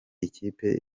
ikipe